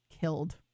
killed